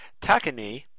Takane